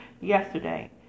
yesterday